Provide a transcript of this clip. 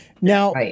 now